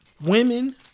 women